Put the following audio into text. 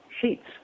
sheets